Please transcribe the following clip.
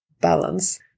balance